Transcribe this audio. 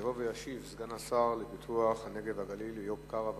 יבוא וישיב סגן השר לפיתוח הנגב והגליל איוב קרא.